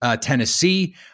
Tennessee